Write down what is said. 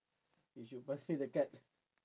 you should pass me the card